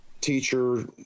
teacher